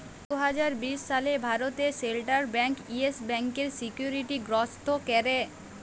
দু হাজার বিশ সালে ভারতে সেলট্রাল ব্যাংক ইয়েস ব্যাংকের সিকিউরিটি গ্রস্ত ক্যরে